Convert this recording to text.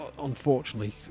unfortunately